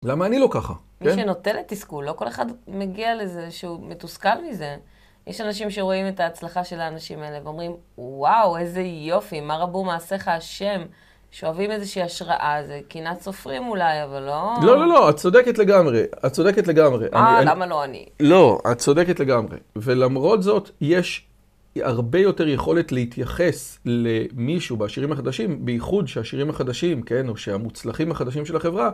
למה אני לא ככה? מי שנוטה לתסכול, לא כל אחד מגיע לזה שהוא מתוסכל מזה. יש אנשים שרואים את ההצלחה של האנשים האלה ואומרים, וואו, איזה יופי, מה רבו מעשיך השם? שאוהבים איזושהי השראה, זה קינאת סופרים אולי, אבל לא... לא, לא, לא, את צודקת לגמרי. את צודקת לגמרי. אה, למה לא אני? לא, את צודקת לגמרי. ולמרות זאת, יש הרבה יותר יכולת להתייחס למישהו בשירים החדשים, בייחוד שהשירים החדשים, כן, או שהמוצלחים החדשים של החברה...